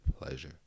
pleasure